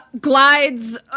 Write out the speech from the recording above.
Glides